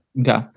Okay